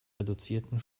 reduzierten